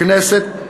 הכנסת,